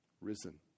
risen